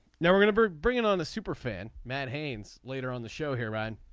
now we're gonna be bringing on the super fan matt haynes later on the show here ron.